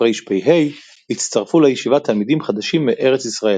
תרפ"ה הצטרפו לישיבה תלמידים חדשים מארץ ישראל.